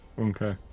Okay